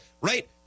right